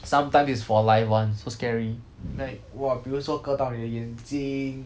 sometimes is for life one so scary like !wah! 比如说割到你的眼睛